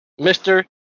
Mr